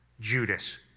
Judas